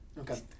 Okay